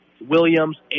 Williams